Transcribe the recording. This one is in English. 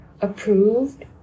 approved